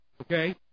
okay